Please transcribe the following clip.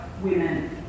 women